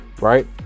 right